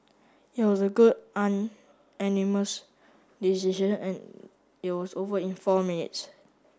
it was a good unanimous decision and it was over in four minutes